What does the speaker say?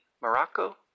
Morocco